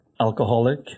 alcoholic